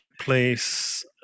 place